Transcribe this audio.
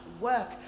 work